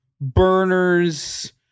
Burners